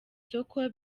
soko